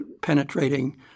penetrating